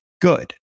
good